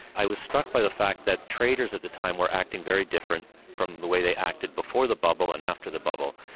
i was struck by the fact that traders at the time were acting very different from the way they acted before the bubble and after the bubble.